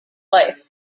life